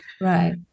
Right